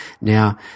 Now